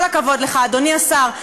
כל הכבוד לך, אדוני השר.